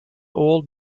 old